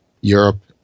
Europe